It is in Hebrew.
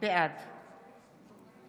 בעד